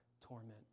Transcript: torment